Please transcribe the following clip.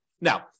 Now